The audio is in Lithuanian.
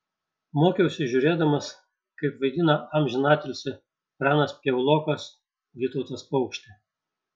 mokiausi žiūrėdamas kaip vaidina amžiną atilsį pranas piaulokas vytautas paukštė